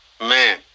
Man